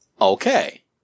Okay